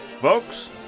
Folks